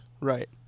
Right